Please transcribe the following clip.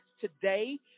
today